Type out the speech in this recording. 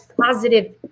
positive